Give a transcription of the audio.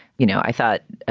you know, i thought,